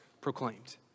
proclaimed